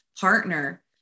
partner